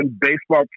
baseball